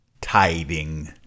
tithing